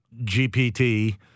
GPT